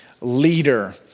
leader